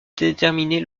déterminer